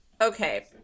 Okay